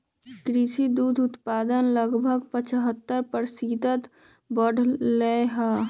कृषि दुग्ध उत्पादन लगभग पचहत्तर प्रतिशत बढ़ लय है